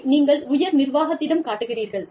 அதை நீங்கள் உயர் நிர்வாகத்திடம் காட்டுகிறீர்கள்